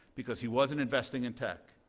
because he wasn't investing in tech.